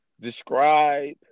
describe